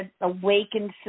awakened